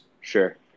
Sure